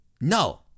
No